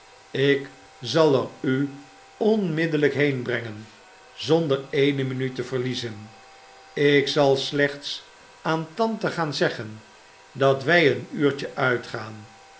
ik zal er u onmiddellijk heen brengen zonder eene minuut te verliezen ik zal slechts aan tante gaan zeggen dat wij een uurtje uitgaan